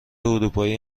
اروپایی